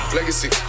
Legacy